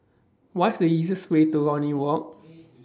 What IS The easiest Way to Lornie Walk